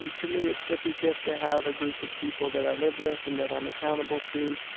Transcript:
to to me it's such a gift to have a group of people that i live with and that i'm accountable to